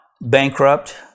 bankrupt